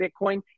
Bitcoin